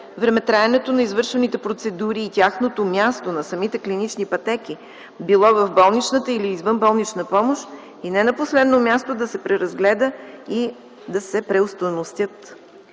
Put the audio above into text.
времетраенето на извършените процедури и тяхното място, на самите клинични пътеки, било в болничната или извънболнична помощ и не на последно място да се преразгледа и да се преостойностят.